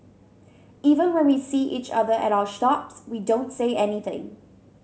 even when we see each other at our shops we don't say anything